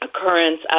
occurrence